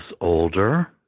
older